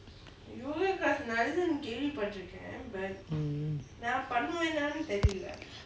mm